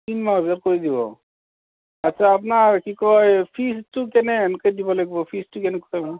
তিনিমাহ ভিতৰত কৰি দিব আচ্ছা আপোনাৰ কি কয় ফিজটো কেনে সেনেকৈ দিব লাগিব ফিজটো কেনেকুৱা হয়